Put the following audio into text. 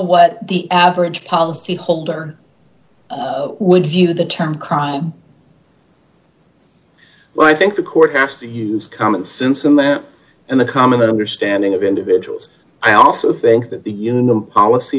what the average policyholder when he did the term crime well i think the court has to use common sense and that in the common that understanding of individuals i also think that the union policy